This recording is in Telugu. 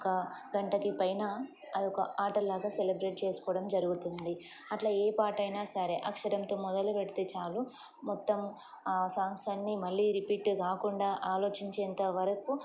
ఒక గంటకి పైన అదొక ఆటలాగా సెలబ్రేట్ చేసుకోవడం జరుగుతుంది అట్లా ఏ పాటైనా సరే అక్షరంతో మొదలు పెడితే చాలు మొత్తం సాంగ్స్ అన్ని మళ్ళీ రిపీట్ కాకుండా ఆలోచించేంతవరకు